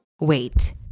Wait